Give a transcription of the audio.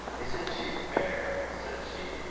isn't she fair? said she.